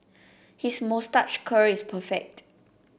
his moustache curl is perfect